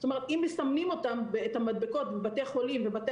אם מסמנים את המדבקות בבתי חולים ובבתי